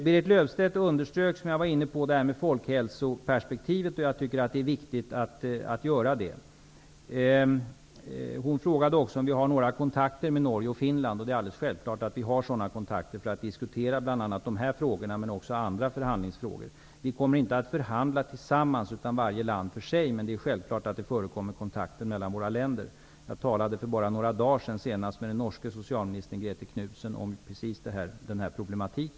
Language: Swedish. Berit Löfstedt underströk folkhälsoperspektivet, som jag var inne på, och jag tycker att det är viktigt att göra det. Hon frågade också om vi har några kontakter med Norge och Finland, och det är alldeles självklart att vi har sådana kontakter för att diskutera bl.a. dessa frågor men också andra förhandlingsfrågor. Vi kommer inte att förhandla tillsammans, utan varje land för sig, men det förekommer självfallet kontakter mellan våra länder. Jag talade senast för bara några dagar sedan med den norska socialministern Grete Knudsen om just denna problematik.